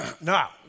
Now